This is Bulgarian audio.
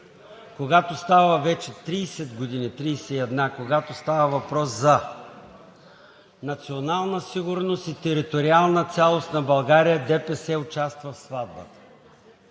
Когато става вече 30 – 31 години, когато става въпрос за национална сигурност и териториална цялост на България – ДПС участва в сватбата.